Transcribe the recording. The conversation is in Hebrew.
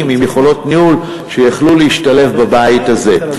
עם יכולות ניהול שיכלו להשתלב בבית הזה.